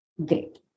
great